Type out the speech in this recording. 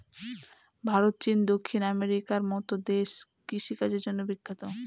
ভারত, চীন, দক্ষিণ আমেরিকার মতো দেশ কৃষিকাজের জন্য বিখ্যাত